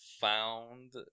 found